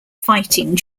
fighting